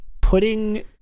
putting